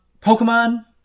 Pokemon